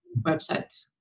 website